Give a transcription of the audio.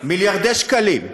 מיליארדי שקלים.